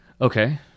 okay